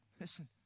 listen